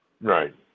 Right